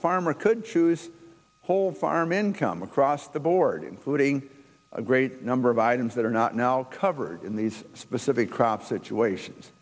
farmer could choose whole farm income across the board including a great number of items that are not now covered in these specific crop situations